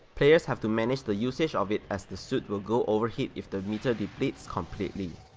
players have to manage the usage of it as the suit will go overheat if the meter depletes completely.